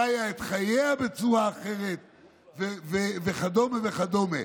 חיה את חייה בצורה אחרת וכדומה וכדומה.